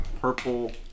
purple